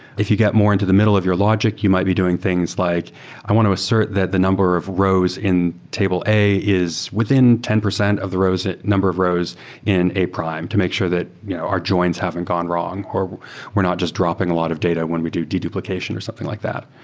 if you get more into the middle of your logic, you might be doing things like i want to assert that the number of rows in table a is within ten percent of the number of rows in a prime to make sure that you know our joins haven't gone wrong or we're not just dropping a lot of data when we do de-duplication or something like that.